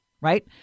right